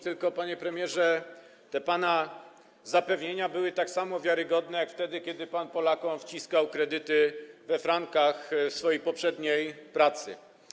Tylko, panie premierze, te pana zapewnienia były tak samo wiarygodne jak wtedy, kiedy wciskał pan Polakom kredyty we frankach w swojej poprzedniej pracy.